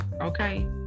Okay